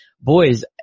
boys